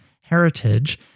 heritage